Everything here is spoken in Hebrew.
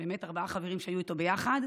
ארבעה חברים שהיו איתו ביחד,